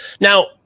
now